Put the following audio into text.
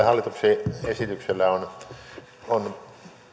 hallituksen esityksellä on